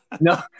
No